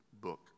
book